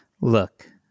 Look